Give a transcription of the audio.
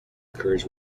occurs